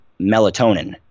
melatonin